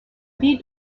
ville